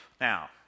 Now